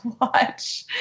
watch